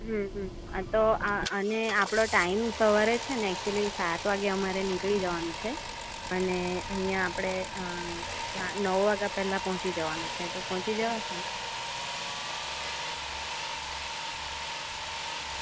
હમ હમ તો અને આપણો ટાઈમ સવારે છે ને એચ્યુલી સાત વાગ્યે અમારે નીકળી જવાનું છે અને અહીંયા આપણે નવ વાગ્યા પહેલાં પહોંચી જવાનું છે તો પહોંચી જવાશે ને